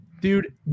dude